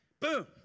Boom